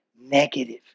negative